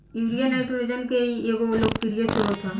urea nitrogen के ही एगो लोकप्रिय स्रोत ह